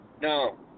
no